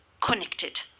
connected